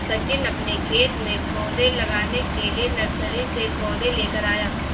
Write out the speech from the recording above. सचिन अपने खेत में पौधे लगाने के लिए नर्सरी से पौधे लेकर आया